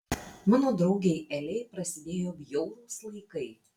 mano draugei elei prasidėjo bjaurūs laikai